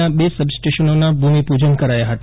ના બે સબ સ્ટેશનોનાં ભૂમિપૂજન કરાયાં ફતા